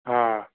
हा